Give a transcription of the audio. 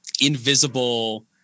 invisible